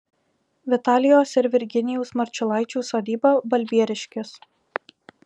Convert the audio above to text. vitalijos ir virginijaus marčiulaičių sodyba balbieriškis